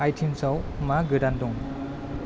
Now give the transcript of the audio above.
आइटिउन्साव मा गोदान दं